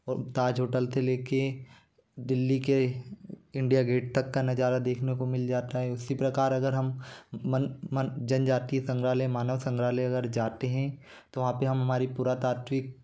और ताज होटल से ले कर दिल्ली के इंडिया गेट तक का नज़ारा देखने को मिल जाता है उसी प्रकार अगर हम मन मन जनजातिय संग्रहालय मानव संग्रहालय अगर जाते हैं तो वहाँ पर हम हमारी पुरातत्विक